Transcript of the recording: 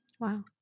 Wow